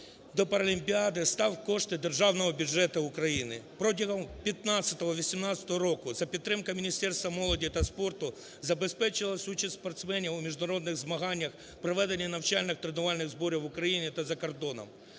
до паралімпіади стали кошти Державного бюджету України. Протягом 2015-2018 років, за підтримки Міністерства молоді та спорту, забезпечилась участь спортсменів у міжнародних змаганнях, проведення навчальних тренувальних зборів в Україні та за кордоном.